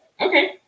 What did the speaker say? Okay